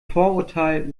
vorurteil